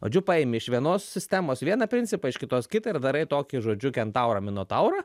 o džiū paėmė iš vienos sistemos vieną principą iš kitos kitą ir darai tokį žodžiu kentaurą minotaurą